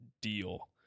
deal